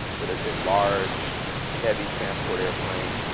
but it's a large, heavy transport airplane.